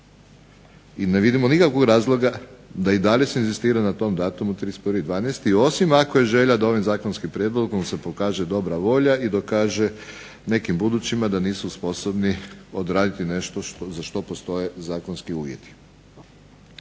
I ne vidimo nikakvog razloga da se i dalje inzistira na tom datumu 31.12. osim ako je želja da se ovim zakonskim prijedlogom se pokaže dobra volja i dokaže nekim budućima da nisu sposobni odraditi nešto za što postoje zakonski uvjeti.